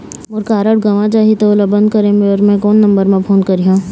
मोर card गंवा जाही त ओला बंद करें बर मैं कोन नंबर म फोन करिह?